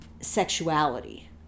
sexuality